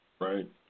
Right